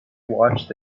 watched